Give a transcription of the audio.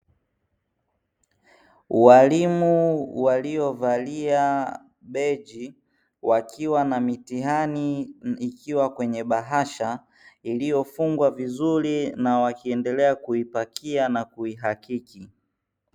Walimu waliovalia beji, wakiwa na mitihani ikiwa kwenye bahasha, iliyofungwa vizuri na wakiendelea kuipakia na kuihakiki.